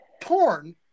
porn